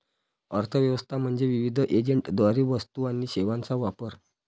अर्थ व्यवस्था म्हणजे विविध एजंटद्वारे वस्तू आणि सेवांचा वापर